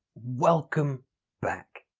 welcome back